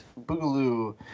Boogaloo